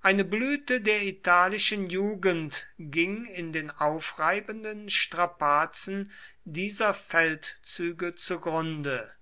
eine blüte der italischen jugend ging in den aufreibenden strapazen dieser feldzüge zugrunde